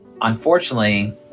unfortunately